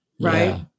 Right